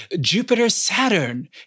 Jupiter-Saturn